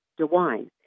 DeWine